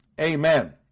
Amen